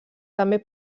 també